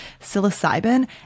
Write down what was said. psilocybin